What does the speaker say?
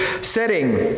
setting